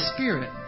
Spirit